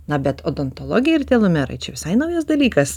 na bet odontologija ir telomerai čia visai naujas dalykas